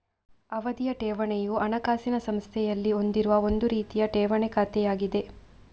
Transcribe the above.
ಅವಧಿಯ ಠೇವಣಿಯು ಹಣಕಾಸಿನ ಸಂಸ್ಥೆಯಲ್ಲಿ ಹೊಂದಿರುವ ಒಂದು ರೀತಿಯ ಠೇವಣಿ ಖಾತೆಯಾಗಿದೆ